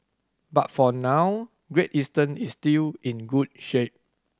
but for now Great Eastern is still in good shape